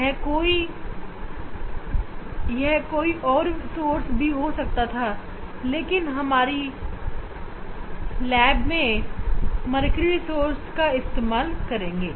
यह कोई और भी सोर्स हो सकता था लेकिन हमारी प्रयोगशाला में हम मर्करी सोर्स का इस्तेमाल करेंगे